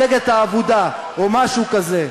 מפלגת העבודה, או מפלגת האבודה, או משהו כזה.